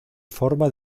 forma